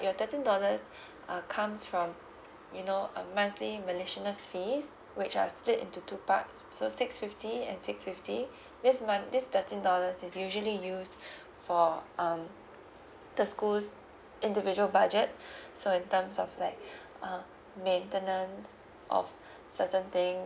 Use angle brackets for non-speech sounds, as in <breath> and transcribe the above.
your thirteen dollars <breath> uh comes from you know um monthly miscellaneous fees which are split into two parts so six fifty and six fifty <breath> this mon~ this thirteen dollars is usually used <breath> for um the school's individual budget <breath> so in terms of like <breath> uh maintenance of <breath> certain thing